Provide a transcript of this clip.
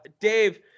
Dave